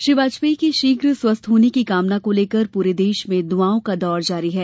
श्री वाजपेयी के शीघ्र स्वस्थ होने की कामना को लेकर पूरे देश में दुआओं का दौर जारी है